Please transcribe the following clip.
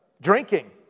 drinking